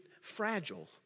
fragile